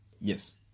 Yes